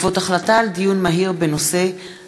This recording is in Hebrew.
בעקבות דיון מהיר בהצעה של